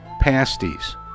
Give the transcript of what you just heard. pasties